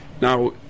now